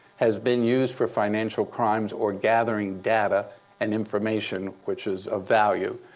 has been used for financial crimes or gathering data and information which is of value.